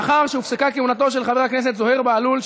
מאחר שהופסקה כהונתו של חבר הכנסת זוהיר בהלול,